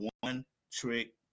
one-trick